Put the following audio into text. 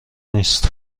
نیست